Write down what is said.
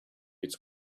its